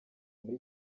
muri